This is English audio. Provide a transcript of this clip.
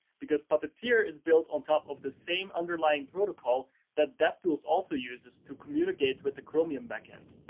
because puppeteer is built on top of the same underlying protocol that devtools also uses to communicate with the chromium back end.